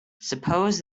suppose